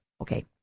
Okay